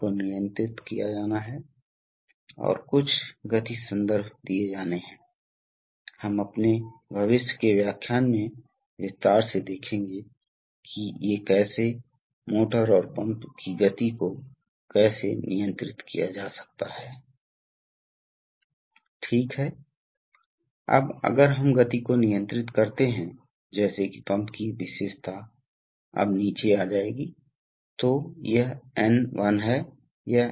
तो आप जानते हैं कि यह एक बड़ा वाल्व है इसलिए उस स्थिति को स्थानांतरित करने में सक्षम होने के लिए आप देखते हैं कि न्यूमेटिक्स पायलटों का उपयोग किया जाता है इसलिए यह एक न्यूमेटिक्स पायलट है जो इस मुख्य वाल्व को स्थानांतरित करने के लिए उपयोग किया जाता है ठीक है यह हो सकता है यह एक बड़ा हाइड्रोलिक वाल्व भी हो सकता है और यह खोखला त्रिभुज न्यूमेटिक्स को इंगित करता है